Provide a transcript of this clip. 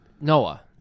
Noah